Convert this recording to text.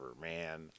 man